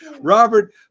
Robert